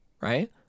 right